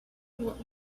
what